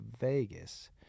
Vegas